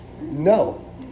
No